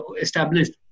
established